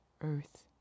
earth